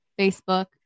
Facebook